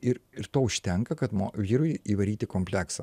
ir ir to užtenka kad vyrui įvaryti kompleksą